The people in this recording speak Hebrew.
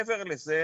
מעבר לזה,